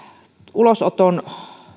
ulosoton